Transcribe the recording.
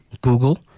Google